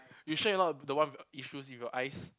you sure you not the one with issues with your eyes